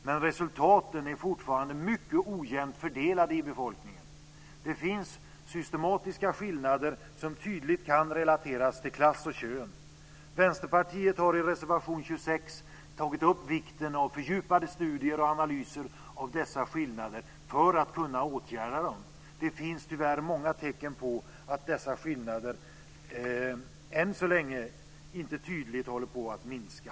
Men resultaten är fortfarande mycket ojämnt fördelade i befolkningen. Det finns systematiska skillnader som tydligt kan relateras till klass och kön. Vänsterpartiet har i reservation 26 tagit upp vikten av fördjupade studier och analyser av dessa skillnader för att kunna åtgärda dem. Det finns tyvärr många tecken på att de skillnaderna än så länge inte tydligt håller på att minska.